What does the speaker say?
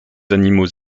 animaux